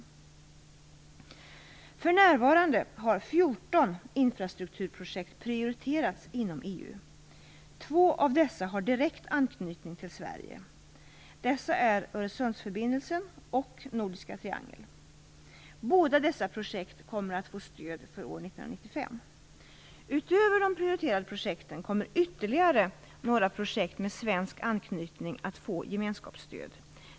För närvarande har 14 infrastrukturprojekt prioriterats inom EU. Två av dessa har direkt anknytning till Sverige. Det är Öresundsförbindelsen och Nordiska triangeln. Båda dessa projekt kommer att få stöd för år 1995. Utöver de prioriterade projekten kommer ytterligare några projekt med svensk anknytning att få gemenskapsstöd.